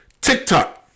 TikTok